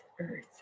earth